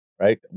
right